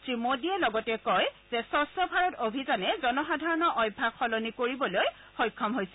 শ্ৰীমোদীয়ে লগতে সজোৰো কয় যে স্বচ্ছ ভাৰত অভিযানে জনসাধাৰণৰ অভ্যাস সলনি কৰিবলৈ সক্ষম হৈছে